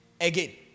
again